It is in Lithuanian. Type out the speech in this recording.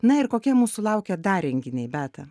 na ir kokie mūsų laukia dar renginiai beata